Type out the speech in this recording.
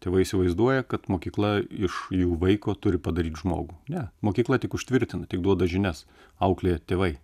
tėvai įsivaizduoja kad mokykla iš jų vaiko turi padaryt žmogų ne mokykla tik užtvirtina tik duoda žinias auklėja tėvai